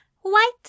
White